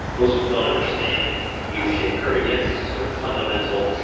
most people don't understand yeah u-shaped curve, and yet so fundamental,